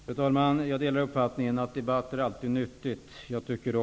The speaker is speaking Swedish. Fru talman! Jag delar uppfattningen att det alltid är nyttigt med debatter.